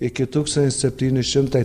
iki tūkstantis septyni šimtai